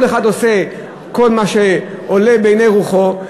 כל אחד עושה ככל העולה ברוחו.